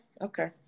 Okay